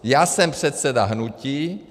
Já jsem předseda hnutí.